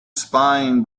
spine